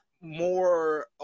more